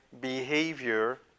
behavior